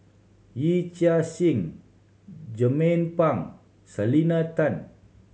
Yee Chia Hsing Jernnine Pang Selena Tan